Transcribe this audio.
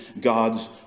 God's